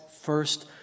first